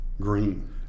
green